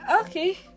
Okay